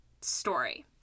story